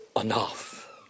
enough